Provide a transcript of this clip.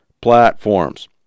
platforms